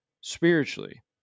spiritually